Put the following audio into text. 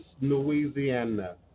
Louisiana